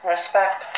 Respect